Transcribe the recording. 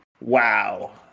wow